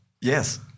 yes